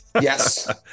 Yes